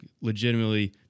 legitimately